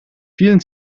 vielen